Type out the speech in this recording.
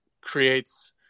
creates